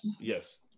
yes